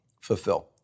fulfill